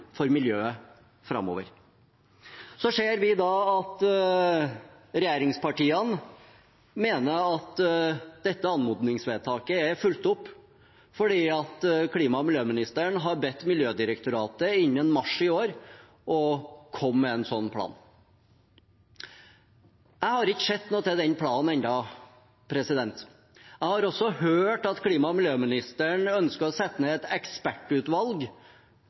for miljøet framover. Så ser vi at regjeringspartiene mener at dette anmodningsvedtaket er fulgt opp fordi klima- og miljøministeren har bedt Miljødirektoratet om innen mars i år å komme med en slik plan. Jeg har ennå ikke sett noe til den planen. Jeg har også hørt at klima- og miljøministeren ønsker å sette ned et ekspertutvalg